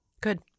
Good